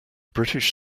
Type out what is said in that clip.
british